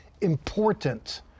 important